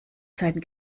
sein